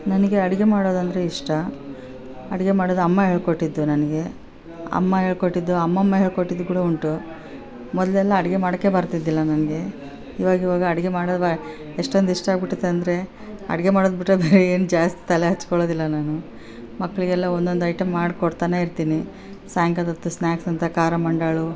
ನನಗೆ ಅಡುಗೆ ಮಾಡೋದೆಂದ್ರೆ ಇಷ್ಟ ಅಡುಗೆ ಮಾಡೋದು ಅಮ್ಮ ಹೇಳ್ಕೊಟ್ಟಿದ್ದು ನನಗೆ ಅಮ್ಮ ಹೇಳ್ಕೊಟ್ಟಿದ್ದು ಅಮ್ಮಮ್ಮ ಹೇಳಿಕೊಟ್ಟಿದ್ದು ಕೂಡ ಉಂಟು ಮೊದಲೆಲ್ಲ ಅಡುಗೆ ಮಾಡೋಕೆ ಬರ್ತಿದಿಲ್ಲ ನನಗೆ ಇವಾಗ ಇವಾಗ ಅಡುಗೆ ಮಾಡೋದುಬಾ ಎಷ್ಟೊಂದು ಇಷ್ಟ ಆಗಿಬಿಟೈತೆ ಅಂದರೆ ಅಡುಗೆ ಮಾಡೋದು ಬಿಟ್ರೆ ಬೇರೆ ಏನೂ ಜಾಸ್ತಿ ತಲೆ ಹಚ್ಕೊಳ್ಳೋದಿಲ್ಲ ನಾನು ಮಕ್ಳಿಗೆಲ್ಲ ಒಂದೊಂದು ಐಟಮ್ ಮಾಡ್ಕೊಡ್ತಾನೆ ಇರ್ತೀನಿ ಸಾಯಂಕಾಲದೊತ್ತು ಸ್ನ್ಯಾಕ್ಸ್ ಅಂತ ಖಾರ ಮಂಡಾಳು